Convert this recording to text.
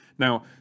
Now